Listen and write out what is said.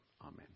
Amen